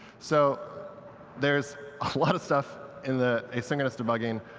so there's a lot of stuff in the asynchronous debugging.